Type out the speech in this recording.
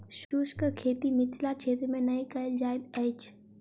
शुष्क खेती मिथिला क्षेत्र मे नै कयल जाइत अछि